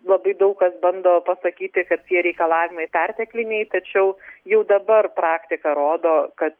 labai daug kas bando pasakyti kad tie reikalavimai pertekliniai tačiau jau dabar praktika rodo kad